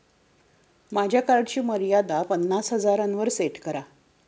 माझ्या क्रेडिट कार्डची मर्यादा पन्नास हजारांवर सेट करा